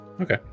Okay